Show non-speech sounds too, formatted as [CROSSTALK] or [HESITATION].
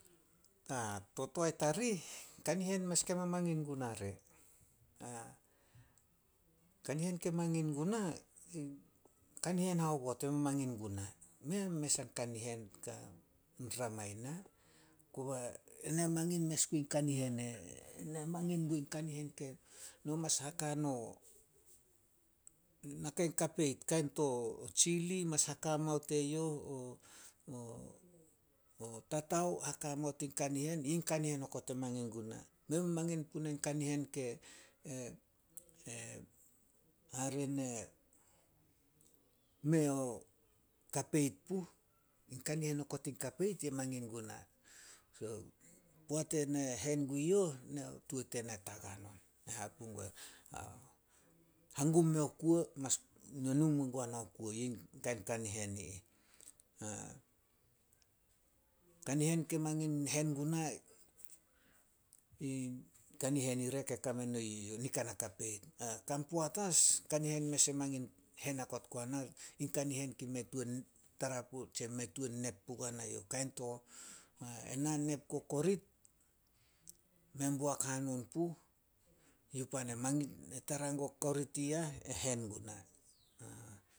[HESITATION] To toae tarih, kanihen mes ke mamangin guna re. [HESITATION] Kanihen ke mangin guna, in kanihen haobot e mamangin guna. Mei a mes in kanihen ka rama i na. Koba, ena mangin mes gun kanihen [HESITATION] na mangin gun kanihen ke, no mas haka no, naka in kapeit. Kain to tsili mas haka mao teyouh, [HESITATION] o tatao haka mao tin kanihen, yi kaihen okot e mangin guna. Mei a mamangin puna in kanihen ke [HESITATION] hare ne mei o kapeit puh. In Kanihen okot in kapeit ye mangin guna. So, poat ena hen gu youh, [UNINTELLIGIBLE] tuo tena tagan on. [UNINTELLIGIBLE] Hangum meo kuo, mas nu men guana o kuo kain kanihen i ih. [HESITATION] Kanihen ke mangin hen guna, in kanihen ire ke kame no yu ih nika na kapeit. [UNINTELLIGIBLE] Kan poat as, kanihen mes e mangin hen okot guana, in kanihen ke mei tuan tara puo tse mei tuan nep puguana youh. Kain to, ena nep guo korit mei boak hanon puh, yu pan ne [UNINTELLIGIBLE] ne tara guao korit i yah, e hen guna. [UNINTELLIGIBLE]